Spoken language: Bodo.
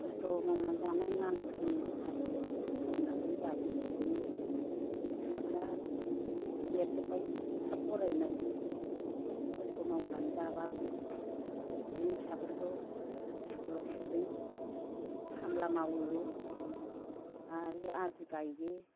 खस्थ' मावनानै जानाय मालायफोरनि आदि मावनानै जायो बिदिनो फिसाफोरा देरजोबबाय लेखा फरायनाय खस्थ' मावनानै जाब्लाबो बिदिनो फिसाफोरखौ इस्कुलाव सोदों खामला मावो आरो आदि गायो